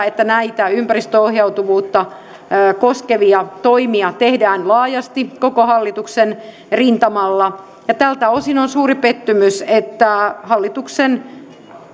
että näitä ympäristöohjautuvuutta koskevia toimia tehdään laajasti koko hallituksen rintamalla ja tältä osin on suuri pettymys että hallituksen